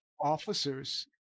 officers